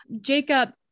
Jacob